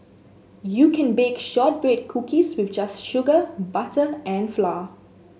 you can bake shortbread cookies with just sugar butter and flour